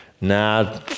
nah